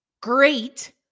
Great